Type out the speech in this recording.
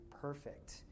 perfect